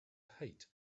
hate